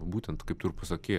būtent kaip tu ir pasakei